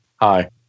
Hi